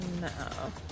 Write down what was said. no